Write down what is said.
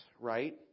right